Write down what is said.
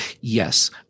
yes